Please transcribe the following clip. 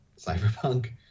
cyberpunk